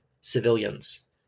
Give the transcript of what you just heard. civilians